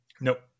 Nope